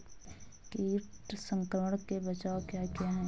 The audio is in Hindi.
कीट संक्रमण के बचाव क्या क्या हैं?